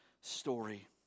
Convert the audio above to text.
story